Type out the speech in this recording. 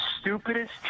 stupidest